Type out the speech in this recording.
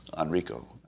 Enrico